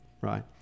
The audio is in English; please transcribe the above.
right